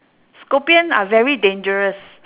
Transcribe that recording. scorpion are very dangerous